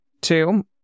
Two